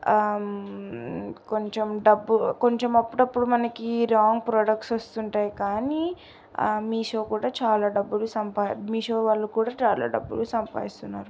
కొంచెం డబ్బు కొంచెం అప్పుడప్పుడు మనకి రాంగ్ ప్రాడక్ట్స్ వస్తుంటాయి కానీ మీషో కూడా చాలా డబ్బులు సంపా మీషో వాళ్ళు కూడా చాలా డబ్బులు సంపాదిస్తున్నారు